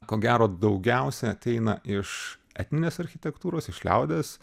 ko gero daugiausia ateina iš etninės architektūros iš liaudies